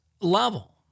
level